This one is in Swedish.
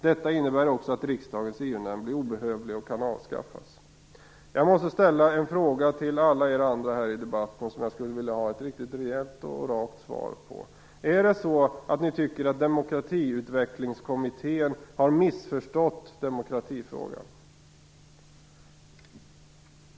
Detta innbär också att riksdagens EU-nämnd blir obehövlig och kan avskaffas. Jag måste ställa en fråga till er andra i debatten som jag skulle vilja ha ett riktigt rejält och rakt svar på. Är det så att ni tycker att Demokratiutvecklingskommittén har missförstått demokratifrågan?